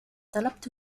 طلبت